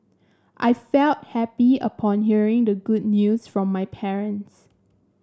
I felt happy upon hearing the good news from my parents